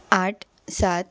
आठ सात